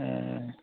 ओं